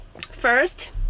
first